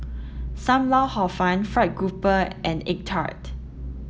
Sam Lau Hor Fun fried grouper and egg tart